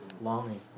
longing